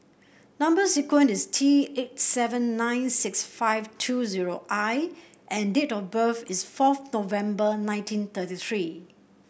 number sequence is T eight seven nine six five two zero I and date of birth is fourth November nineteen thirty three